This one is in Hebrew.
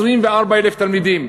24,000 תלמידים,